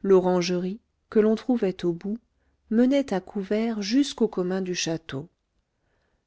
l'orangerie que l'on trouvait au bout menait à couvert jusqu'aux communs du château